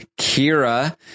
Kira